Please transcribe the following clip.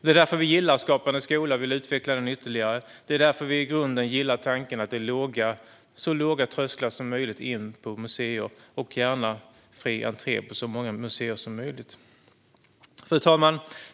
Det är därför vi gillar Skapande skola och vill utveckla den ytterligare. Det är därför vi i grunden gillar tanken att det är så låga trösklar som möjligt in på museer och gärna ser fri entré på så många museer som möjligt. Fru talman!